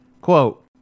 Quote